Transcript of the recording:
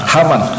Haman